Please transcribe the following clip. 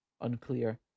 unclear